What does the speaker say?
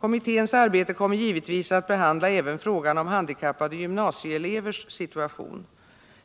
Kommitténs arbete kommer givetvis att behandla även frågan om handikappade gymnasieelevers situation.